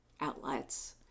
outlets